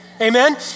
Amen